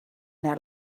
neu